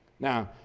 now,